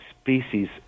species